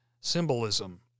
symbolism